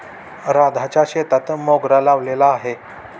राधाच्या शेतात मोगरा लावलेला आहे